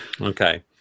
Okay